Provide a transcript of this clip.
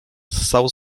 ssał